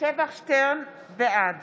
בעד